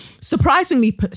Surprisingly